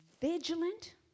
vigilant